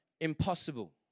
Impossible